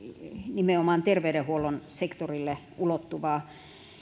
nimenomaan terveydenhuollon sektorille ulottuvaa